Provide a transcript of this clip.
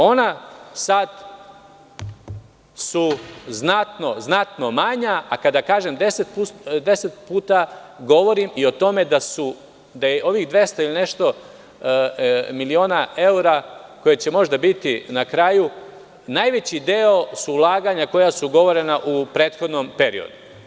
Ona su sad znatno manja, a kada kažem 10 puta, govorim i o tome da je ovih 200 i nešto miliona evra koji će možda biti na kraju, najveći deo su ulaganja koja su ugovorena u prethodnom periodu.